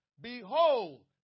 behold